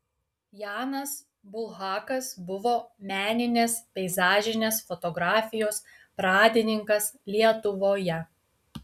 janas bulhakas buvo meninės peizažinės fotografijos pradininkas lietuvoje